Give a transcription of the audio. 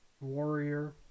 Warrior